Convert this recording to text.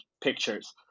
pictures